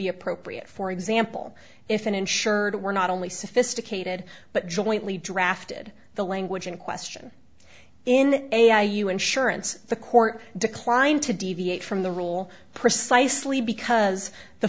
be appropriate for example if an insured were not only sophisticated but jointly drafted the language in question in ai you insurance the court declined to deviate from the rule precisely because the